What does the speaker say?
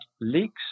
leaks